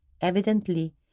Evidently